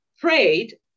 prayed